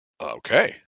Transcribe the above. Okay